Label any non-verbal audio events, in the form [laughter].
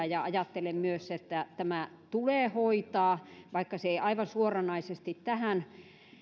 [unintelligible] ja ajattelen myös että tämä tulee hoitaa vaikka se ei aivan suoranaisesti tähän